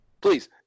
please